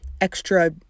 extra